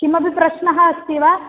किमपि प्रश्नः अस्ति वा